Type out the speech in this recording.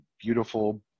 beautiful